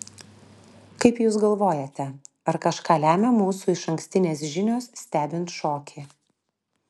kaip jūs galvojate ar kažką lemia mūsų išankstinės žinios stebint šokį